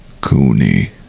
cooney